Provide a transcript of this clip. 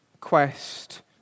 quest